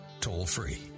toll-free